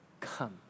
come